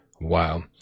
wow